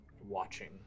watching